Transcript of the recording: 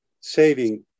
saving